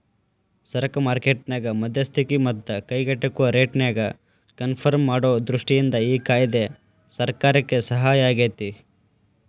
ಸರಕ ಮಾರ್ಕೆಟ್ ನ್ಯಾಗ ಮಧ್ಯಸ್ತಿಕಿ ಮತ್ತ ಕೈಗೆಟುಕುವ ರೇಟ್ನ್ಯಾಗ ಕನ್ಪರ್ಮ್ ಮಾಡೊ ದೃಷ್ಟಿಯಿಂದ ಈ ಕಾಯ್ದೆ ಸರ್ಕಾರಕ್ಕೆ ಸಹಾಯಾಗೇತಿ